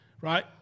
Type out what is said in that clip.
Right